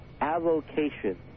avocation